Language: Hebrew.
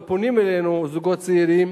ופונים אלינו זוגות צעירים